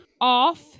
off